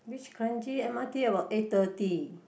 reach Kranji M_R_T about eight thirty